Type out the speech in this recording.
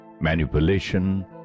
manipulation